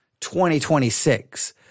2026